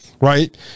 Right